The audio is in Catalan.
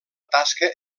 tasca